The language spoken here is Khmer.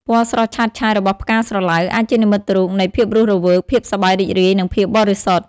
ពណ៌ស្រស់ឆើតឆាយរបស់ផ្កាស្រឡៅ អាចជានិមិត្តរូបនៃ ភាពរស់រវើក ភាពសប្បាយរីករាយ និងភាពបរិសុទ្ធ។